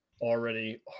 already